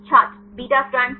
छात्र beta strand